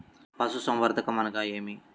పశుసంవర్ధకం అనగా ఏమి?